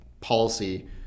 policy